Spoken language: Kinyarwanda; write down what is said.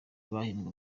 bahembwe